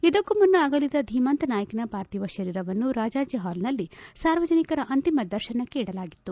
ಇದಕ್ಕೂ ಮುನ್ನ ಅಗಲಿದ ಧೀಮಂತ ನಾಯಕನ ಪಾರ್ಥಿವ ಶರೀರವನ್ನು ರಾಜಾಜಿ ಹಾಲ್ನಲ್ಲಿ ಸಾರ್ವಜನಿಕರ ಅಂತಿಮ ದರ್ಶನಕ್ಕೆ ಇಡಲಾಗಿತ್ತು